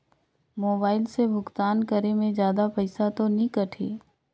Mobile से भुगतान करे मे जादा पईसा तो नि कटही?